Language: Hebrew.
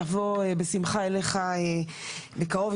נבוא בשמחה אליך בקרוב.